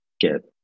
get